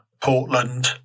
Portland